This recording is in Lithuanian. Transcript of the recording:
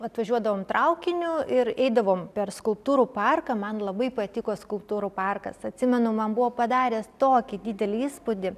atvažiuodavom traukiniu ir eidavom per skulptūrų parką man labai patiko skulptūrų parkas atsimenu man buvo padaręs tokį didelį įspūdį